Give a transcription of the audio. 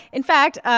in fact,